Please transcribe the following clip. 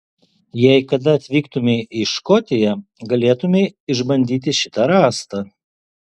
jei kada atvyktumei į škotiją galėtumei išbandyti šitą rąstą